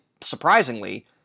surprisingly